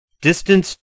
Distance